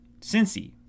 Cincy